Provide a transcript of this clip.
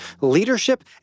leadership